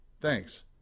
thanks